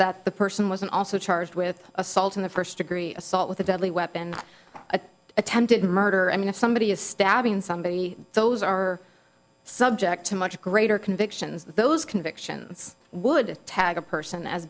that the person wasn't also charged with assault in the first degree assault with a deadly weapon of attempted murder i mean if somebody is stabbing somebody those are subject to much greater convictions that those convictions would tag a person as